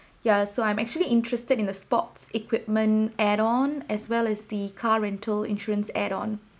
yeah so I'm actually interested in the sports equipment add on as well as the car rental insurance add on